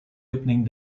opening